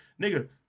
Nigga